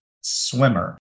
swimmer